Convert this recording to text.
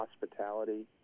hospitality